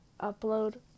upload